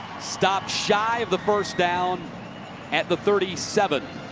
stopped shy of the first down at the thirty seven.